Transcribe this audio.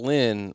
Lynn